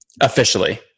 Officially